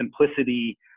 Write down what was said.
simplicity